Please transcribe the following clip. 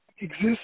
exist